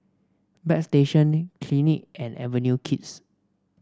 Bagstationz Clinique and Avenue Kids